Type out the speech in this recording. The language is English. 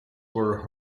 were